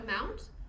amount